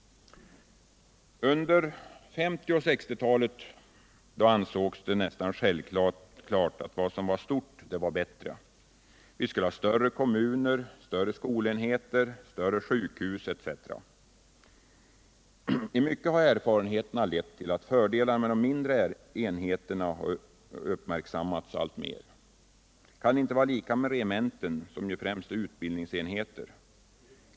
Under 1950 och 1960-talen ansågs det nästan självklart att vad som var stort var bättre. Vi skulle ha större kommuner, större skolenheter, större sjukhus etc. I mycket har erfarenheterna lett till att fördelarna med de mindre enheterna efter hand uppmärksammats alltmer. Kan det inte vara lika med regementen, som ju främst är utbildningsenheter?